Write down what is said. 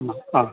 മ്മ് ആ